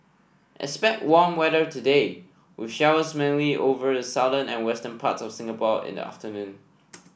expect warm weather today with showers mainly over the southern and western parts of Singapore in the afternoon